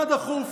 מה דחוף?